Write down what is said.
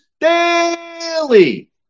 daily